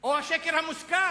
או השקר המוסכם,